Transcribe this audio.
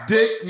Dick